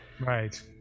Right